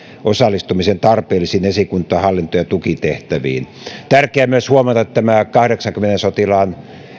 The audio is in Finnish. osallistumisen tarpeellisiin esikunta hallinto ja tukitehtäviin tärkeää on myös huomata että tämä kahdeksaankymmeneen sotilaan